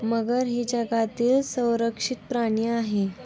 मगर ही जगातील संरक्षित प्राणी आहे